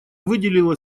выделила